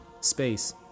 space